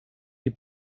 die